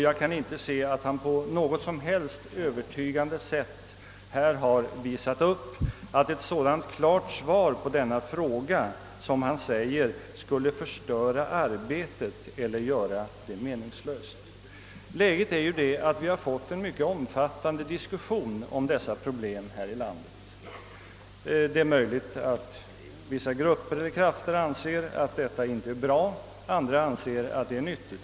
Jag kan inte finna att justitieministern på något som helst övertygande sätt har visat att ett klart svar på denna fråga, såsom han framhåller, skulle för störa detta arbete eler göra det meningslöst. Läget är att vi fått en mycket omfattande diskussion i vårt land om detta problem. Det är möjligt att vissa grupper eller krafter anser att detta inte är bra; andra anser dock att det är nyttigt.